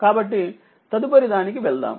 కాబట్టి తదుపరి దానికి వెళదాము